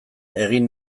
egin